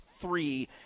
three